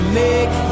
make